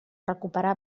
recuperar